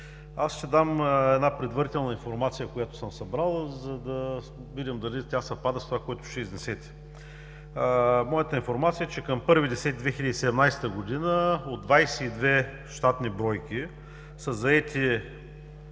Ще дам предварителна информация, която съм събрал, за да видим дали тя съвпада с това, което ще изнесете. Моята информация е, че към 1 октомври 2017 г. от 22 щатни бройки са заети